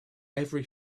every